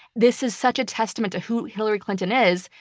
this is such a testament to who hillary clinton is,